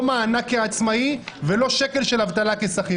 לא מענק כעצמאי ולא שקל של אבטלה כשכיר.